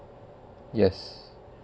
yes